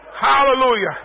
Hallelujah